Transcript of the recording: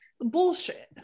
bullshit